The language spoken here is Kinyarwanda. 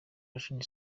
latin